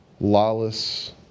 lawless